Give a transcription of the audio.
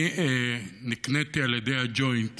אני נקניתי על ידי הג'וינט